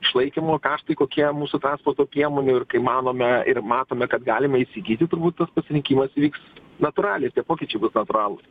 išlaikymo kaštai kokie mūsų pastato kiemui ir kai manome ir matome kad galime įsigyti turbūt tas pasirinkimas įvyks natūraliai tie pokyčiai bus natūralūs